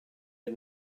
had